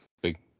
big